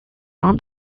aunt